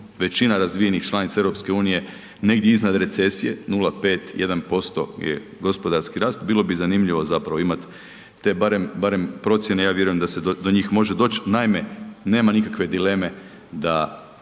većina razvijenih članica EU negdje iznad recesije 0,5 1% je gospodarski rast bilo bi zanimljivo zapravo imat te barem procjene, ja vjerujem da se do njih može doći. Naime, nema nikakve dileme da